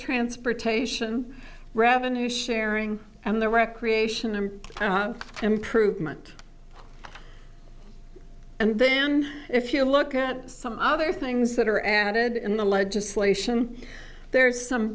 transportation revenue sharing and the recreation and improvement and then if you look at some other things that are added in the legislation there is some